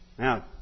Now